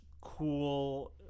cool